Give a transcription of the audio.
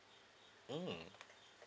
mm